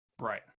right